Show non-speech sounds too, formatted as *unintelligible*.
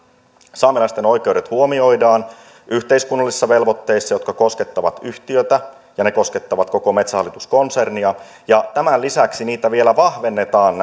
saamelaisten oikeudet huomioidaan yhteiskunnallisissa velvoitteissa jotka koskevat yhtiötä ja ne koskettavat koko metsähallitus konsernia tämän lisäksi niitä vielä vahvennetaan *unintelligible*